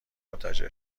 منتشر